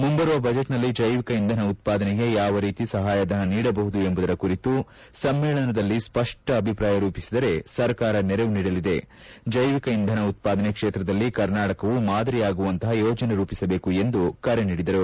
ಮುಂಬರುವ ಬಜೆಟ್ನಲ್ಲಿ ಜೈವಿಕ ಇಂಧನ ಉತ್ಪಾದನೆಗೆ ಯಾವ ರೀತಿ ಸಹಾಯಧನ ನೀಡಬಹುದು ಎಂಬುದರ ಕುರಿತು ಸಮ್ಮೇಳನದಲ್ಲಿ ಸ್ಪಷ್ಟ ಅಭಿಪ್ರಾಯ ರೂಪಿಸಿದರೆ ಸರ್ಕಾರ ನೆರವು ನೀಡಲಿದೆ ಜೈವಿಕ ಇಂಧನ ಉತ್ಪಾದನೆ ಕ್ಷೇತ್ರದಲ್ಲಿ ಕರ್ನಾಟಕವು ಮಾದರಿಯಾಗುವಂತಪ ಯೋಜನೆ ರೂಪಿಸಬೇಕು ಎಂದು ಕರೆ ನೀಡಿದರು